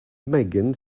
megan